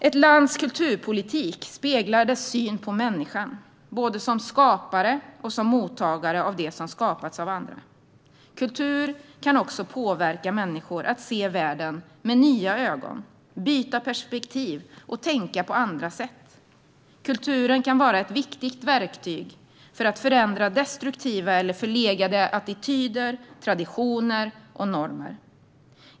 Ett lands kulturpolitik speglar dess syn på människan, både som skapare och som mottagare av det som har skapats av andra. Kultur kan också påverka människor att se världen med nya ögon, byta perspektiv och tänka på andra sätt. Kulturen kan vara ett viktigt verktyg för att förändra destruktiva eller förlegade attityder, traditioner och normer.